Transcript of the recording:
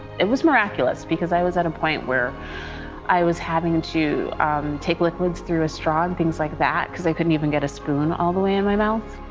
it was miraculous because i was at a point where i was having to take liquids through a straw and things like that because i could not and get a spoon all the way and my mouth.